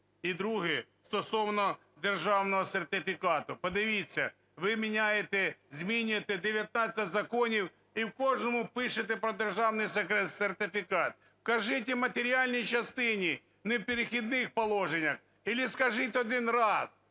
І друге. Стосовно державного сертифікату. Подивіться, ви міняєте, змінюєте 19 законів і в кожному пишете про державний сертифікат. Вкажіть в матеріальній частині, не в "Перехідних положеннях" или скажіть один раз,